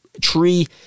Tree